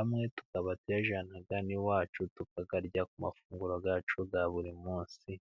amwe tukaba tuyajyana n'iwacu tukayarya ku mafunguro yacu ya buri munsi....